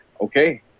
okay